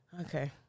Okay